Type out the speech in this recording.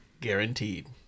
Guaranteed